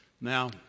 Now